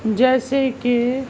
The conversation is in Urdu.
جیسے کہ